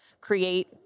create